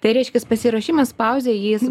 tai reiškias pasiruošimas pauzei jis